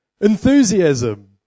enthusiasm